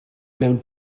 mewn